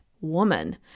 woman